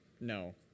No